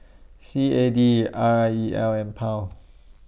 C A D R I E L and Pound